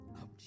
up